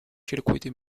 circuiti